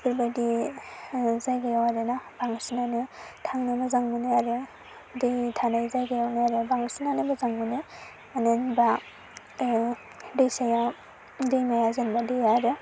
बेफोरबायदि जायगायाव आरोना बांसिनानो थांनो मोजां मोनो आरो दै थानाय जायगायावनो आरो बांसिनानो मोजां मोनो अनेक बा दैसाया दैमाया जेनबा दैया आरो